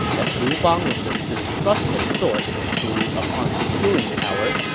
as liu bang was the distrustful sort who, upon securing power,